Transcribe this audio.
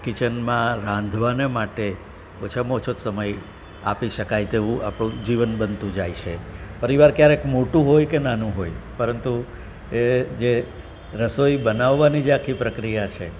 કિચનમાં રાંધવાને માટે ઓછામાં ઓછો સમય આપી શકાય તેવું આપણું જીવન બનતું જાય છે પરિવાર ક્યારેક મોટું હોય કે નાનું હોય પરંતુ એ જે રસોઈ બનાવવાની જે આખી પ્રક્રિયા છે